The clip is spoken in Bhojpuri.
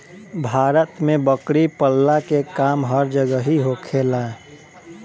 भारत में बकरी पलला के काम हर जगही होखेला